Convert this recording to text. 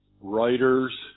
writers